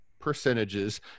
percentages